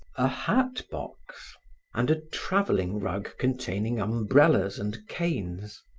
a hat box and a traveling rug containing umbrellas and canes.